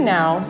Now